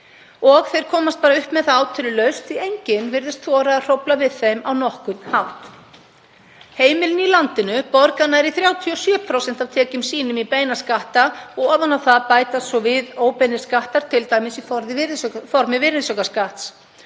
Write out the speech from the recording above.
og þeir komast bara upp með það átölulaust, því að enginn virðist þora að hrófla við þeim á nokkurn hátt. Heimilin í landinu borga nærri 37% af tekjum sínum í beina skatta og ofan á það bætast svo óbeinir skattar, t.d. í formi virðisaukaskatts,